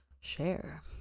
Share